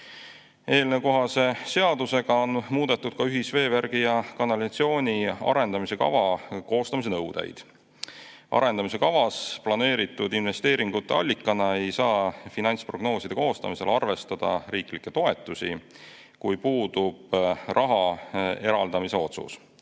Eelnõukohase seadusega on muudetud ka ühisveevärgi ja ‑kanalisatsiooni arendamise kava koostamise nõudeid. Arendamise kavas planeeritud investeeringute allikana ei saa finantsprognooside koostamisel arvestada riiklikke toetusi, kui puudub raha eraldamise otsus.